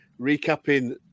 recapping